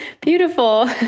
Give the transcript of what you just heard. Beautiful